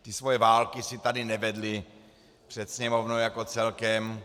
Ty své války si tady nevedli před Sněmovnou jako celkem.